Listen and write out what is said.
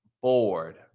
bored